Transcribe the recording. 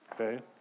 okay